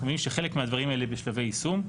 אנחנו מבינים שחלק מהדברים האלה בשלבי יישום.